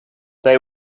they